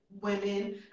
women